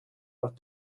what